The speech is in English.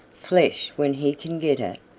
flesh when he can get it,